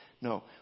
No